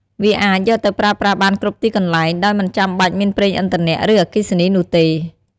វាអាចយកទៅប្រើប្រាស់បានគ្រប់ទីកន្លែង ដោយមិនចាំបាច់មានប្រេងឥន្ធនៈ ឬអគ្គិសនីនោះទេ។